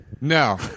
No